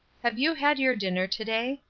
have you had your dinner to-day?